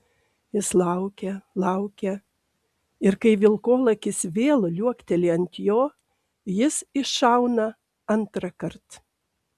jis laukia laukia ir kai vilkolakis vėl liuokteli ant jo jis iššauna antrąkart